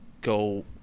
go